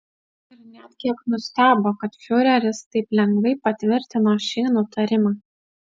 ir net kiek nustebo kad fiureris taip lengvai patvirtino šį nutarimą